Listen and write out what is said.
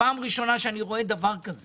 פעם ראשונה שאני רואה דבר כזה